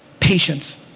patience.